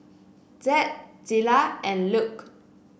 Zed Zillah and Luke